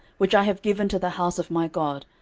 which i have given to the house of my god,